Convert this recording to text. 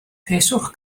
peswch